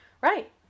Right